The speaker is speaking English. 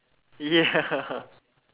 ya